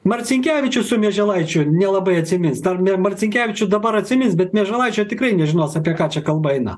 marcinkevičių su mieželaičiu nelabai atsimins dar marcinkevičių dabar atsimins bet nė žodžio tikrai nežinos apie ką čia kalba eina